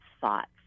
thoughts